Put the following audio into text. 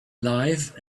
life